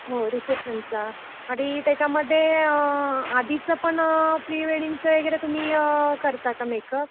हो रिसेप्शनचा आणि त्याच्यामध्ये आधीचं पण प्री वेडिंगचं वगैरे तुम्ही करता का मेकअप